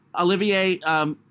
Olivier